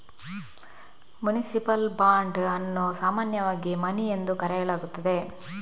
municipal bond ಅನ್ನು ಸಾಮಾನ್ಯವಾಗಿ money ಎಂದು ಕರೆಯಲಾಗುತ್ತದೆ